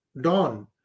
Dawn